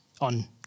on